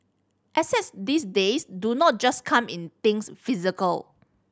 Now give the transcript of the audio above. assets these days do not just come in things physical